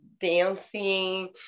dancing